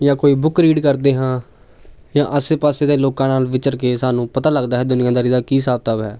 ਜਾਂ ਕੋਈ book read ਕਰਦੇ ਹਾਂ ਜਾਂ ਆਸੇ ਪਾਸੇ ਦੇ ਲੋਕਾਂ ਨਾਲ ਵਿਚਰ ਕੇ ਸਾਨੂੰ ਪਤਾ ਲੱਗਦਾ ਹੈ ਦੁਨੀਆਂਦਾਰੀ ਦਾ ਕਿ ਹਿਸਾਬ ਕਿਤਾਬ ਹੈ